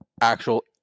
actual